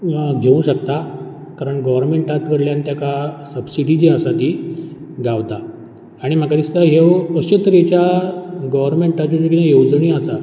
घेवंक शकता कारण गॉवरमँटा कडल्यान तेका सबसिडी जी आसा ती गावता आनी म्हाका दिसता ह्यो अशेंच तरेच्या गॉवरमँटाच्यो ज्यो कितें येवजण्यो आसात